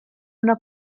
una